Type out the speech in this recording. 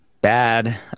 Bad